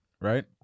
right